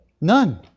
None